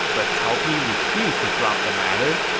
but cao pi refused to drop the matter.